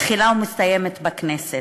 מתחילה ומסתיימת בכנסת,